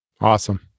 Awesome